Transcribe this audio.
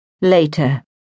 LATER